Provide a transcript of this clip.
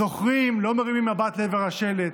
זוכרים, לא מרימים מבט לעבר השלט,